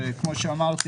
וכמו שאמרתי,